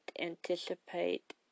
anticipate